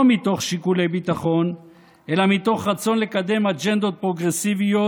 לא מתוך שיקולי ביטחון אלא מתוך רצון לקדם אג'נדות פרוגרסיביות,